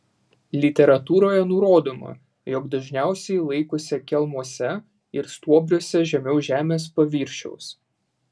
literatūroje nurodoma jog dažniausiai laikosi kelmuose ir stuobriuose žemiau žemės paviršiaus